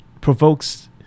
provokes